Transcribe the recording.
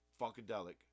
funkadelic